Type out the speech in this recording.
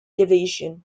division